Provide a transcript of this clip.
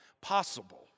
possible